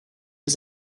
was